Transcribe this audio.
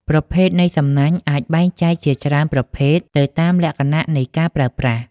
ប្រភេទនៃសំណាញ់អាចបែងចែកជាច្រើនប្រភេទទៅតាមលក្ខណៈនៃការប្រើប្រាស់